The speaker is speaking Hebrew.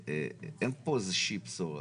אין פה איזה שהיא בשורה.